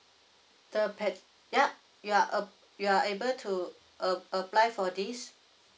the pat~ yup you are a you are able to a apply for this